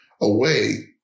away